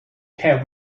have